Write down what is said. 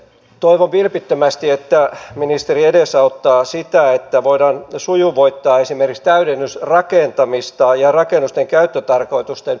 toivon vilpittömästi että ministeri edesauttaa sitä että voidaan sujuvoittaa esimerkiksi täydennysrakentamista ja rakennusten käyttötarkoitusten muuttamista